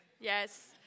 Yes